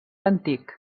antic